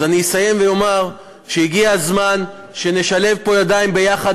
אז אני אסיים ואומר שהגיע הזמן שנשלב פה ידיים ביחד,